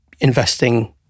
investing